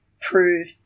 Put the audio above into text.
prove